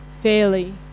fairly